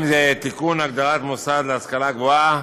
(תיקון, הגדרת מוסד להשכלה גבוהה),